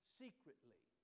secretly